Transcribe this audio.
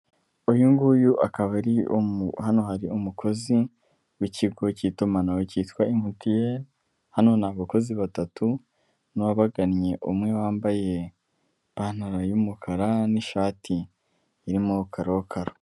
Uyu nguyu akaba ari hano hari umukozi w'ikigo cy'itumanaho cyitwa MTN, hano ni abakozi batatu n'uwabagannye umwe wambaye ipantaro y'umukara n'ishati irimo karokaro.